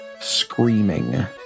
screaming